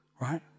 right